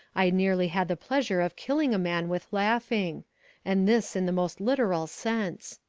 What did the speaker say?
i nearly had the pleasure of killing a man with laughing and this in the most literal sense.